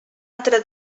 altra